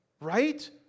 right